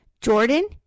Jordan